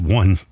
one